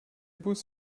bus